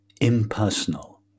impersonal